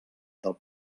del